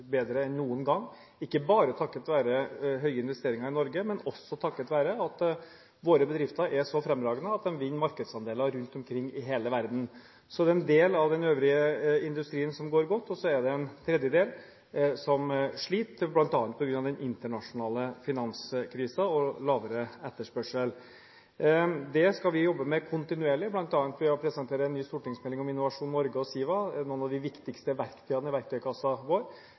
bedre enn noen gang, ikke bare takket være høye investeringer i Norge, men også takket være at våre bedrifter er så fremragende at de vinner markedsandeler rundt omkring i hele verden. Så er det en del av den øvrige industrien som går godt, og så er det en tredjedel som sliter, bl.a. på grunn av den internasjonale finanskrisen og lavere etterspørsel. Det skal vi jobbe kontinuerlig med, bl.a. ved å presentere en ny stortingsmelding om Innovasjon Norge og SIVA, noen av de viktigste verktøyene i verktøykassa vår,